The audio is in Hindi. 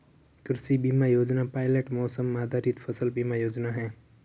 कृषि बीमा योजना पायलट मौसम आधारित फसल बीमा योजना है